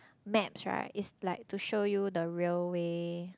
maps right is like to show you the railway